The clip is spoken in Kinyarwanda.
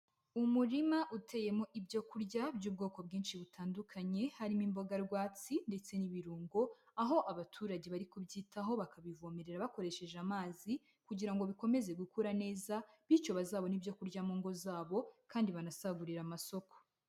Umurima uteyemo ibyo kurya by'ubwoko bwinshi butandukanye, harimo imboga rwatsi ndetse n'ibirungo, aho abaturage bari kubyitaho bakabivomerera bakoresheje amazi kugira ngo bikomeze gukura neza bityo bazabone ibyo kurya mu ngo zabo kandi banasagurire amasoko.